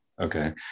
okay